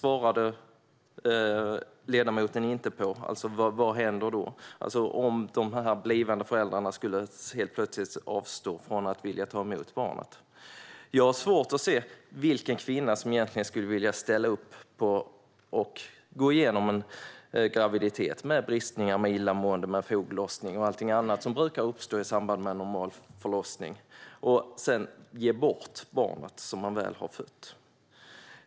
Vad händer om de blivande föräldrarna helt plötsligt skulle avstå från att ta emot barnet? Jag har svårt att se vilken kvinna som skulle vilja ställa upp på att gå igenom en graviditet - med bristningar, illamående, foglossning och allt annat som brukar uppstå i samband med en normal graviditet och förlossning - för att sedan ge bort barnet hon har fött.